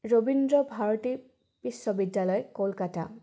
ৰবীন্দ্ৰ ভাৰতী বিশ্ববিদ্যালয় কলকাতা